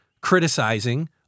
criticizing